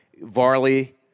Varley